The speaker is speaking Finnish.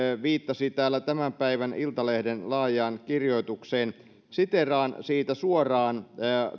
viittasi täällä tämän päivän iltalehden laajaan kirjoitukseen siteeraan siitä suoraan